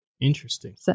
Interesting